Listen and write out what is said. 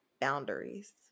boundaries